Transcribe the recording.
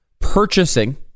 purchasing